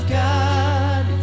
god